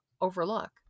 overlook